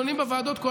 ולאמונות, גם בתקציב.